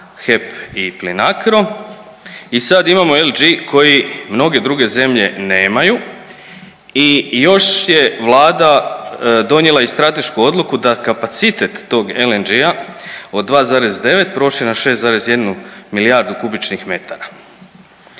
HEP i Plinacro i sad imamo LG koji mnoge druge zemlje nemaju i još je Vlada donijela i stratešku odluku da kapacitet tog LNG od 2,9 proširi na 6,1 milijardu m3, kao